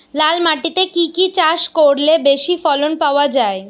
লাল মাটিতে কি কি চাষ করলে বেশি ফলন পাওয়া যায়?